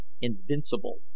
invincible